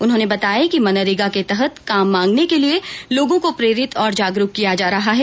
उन्होंने बताया कि मनरेगा के तहत काम मांगने के लिए लोगों को प्रेरित और जागरूक किया जा रहा है